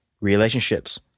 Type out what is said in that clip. relationships